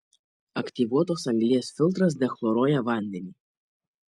aktyvuotos anglies filtras dechloruoja vandenį